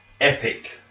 epic